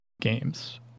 games